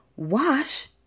Wash